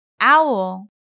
Owl